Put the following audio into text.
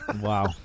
Wow